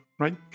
Right